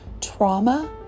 trauma